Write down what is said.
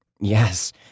Yes